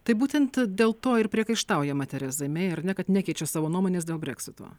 tai būtent dėl to ir priekaištaujama terezai mei ar ne kad nekeičia savo nuomonės dėl breksito